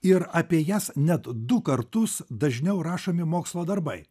ir apie jas net du kartus dažniau rašomi mokslo darbai